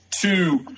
Two